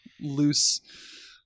loose